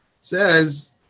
says